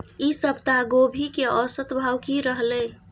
ई सप्ताह गोभी के औसत भाव की रहले?